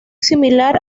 similar